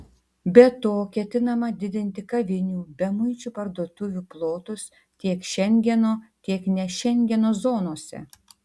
be to ketinama didinti kavinių bemuičių parduotuvių plotus tiek šengeno tiek ne šengeno zonose